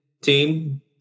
team